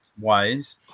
ways